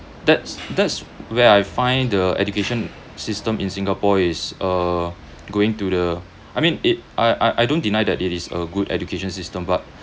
that's that's where I find the education system in singapore is uh going to the I mean it I I don't deny that it is a good education system but